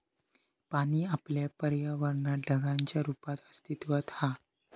पाणी आपल्या पर्यावरणात ढगांच्या रुपात अस्तित्त्वात हा